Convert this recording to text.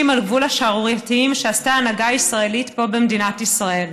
על גבול השערורייתיים שעשתה ההנהגה הישראלית פה במדינת ישראל.